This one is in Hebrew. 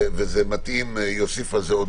והיא הוסיפה על זה.